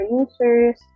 users